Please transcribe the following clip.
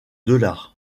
dollars